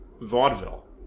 vaudeville